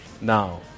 now